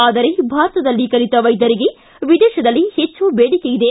ಆದರೆ ಭಾರತದಲ್ಲಿ ಕಲಿತ ವೈದ್ಯರಿಗೆ ವಿದೇಶದಲ್ಲಿ ಹೆಚ್ಚು ಬೇಡಿಕೆ ಇದೆ